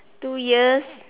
two ears